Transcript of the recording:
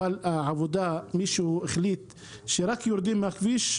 אבל מישהו החליט שרק יורדים מהכביש,